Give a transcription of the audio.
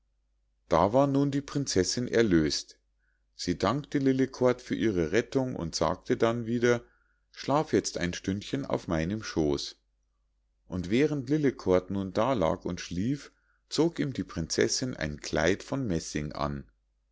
da war nun die prinzessinn erlös't sie dankte lillekort für ihre rettung und sagte dann wieder schlaf jetzt ein stündchen auf meinem schoß und während lillekort nun da lag und schlief zog ihm die prinzessinn ein kleid von messing an